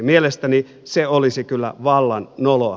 mielestäni se olisi kyllä vallan noloa